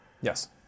Yes